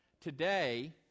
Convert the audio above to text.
today